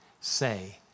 say